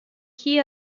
key